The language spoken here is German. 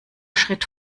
schritt